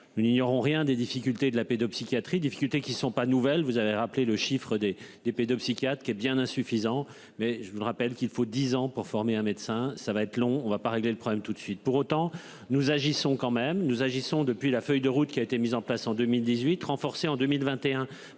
Nous n'ignorons rien des difficultés de la pédopsychiatrie difficultés qui ne sont pas nouvelles, vous avez rappelé le chiffre des des pédopsychiatres qui est bien insuffisant. Mais je vous le rappelle qu'il faut 10 ans pour former un médecin, ça va être long. On va pas régler le problème tout de suite pour autant nous agissons quand même nous agissons depuis la feuille de route qui a été mis en place en 2018, renforcée en 2021